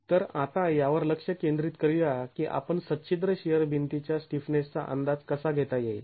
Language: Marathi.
तर आता यावर लक्ष केंद्रित करूया की आपण सच्छिद्र शिअर भिंतीच्या स्टीफनेसचा अंदाज कसा घेता येईल